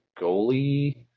goalie